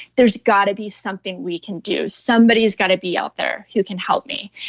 there's got to be something we can do somebody's got to be out there who can help me.